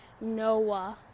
Noah